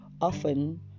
often